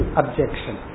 objection